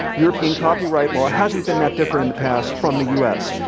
european copyright law hasn't been that different in the past from the u. s.